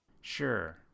Sure